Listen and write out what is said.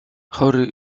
chory